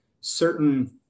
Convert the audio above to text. certain